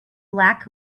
black